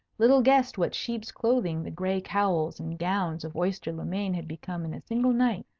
little guessed what sheep's clothing the gray cowls and gowns of oyster-le-main had become in a single night,